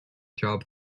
job